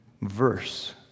verse